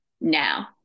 now